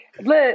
Look